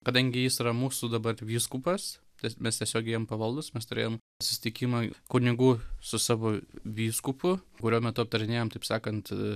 kadangi jis yra mūsų dabar vyskupas tad mes tiesiogiai jam pavaldūs mes turėjom susitikimą kunigų su savo vyskupu kurio metu aptarinėjam taip sakant